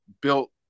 built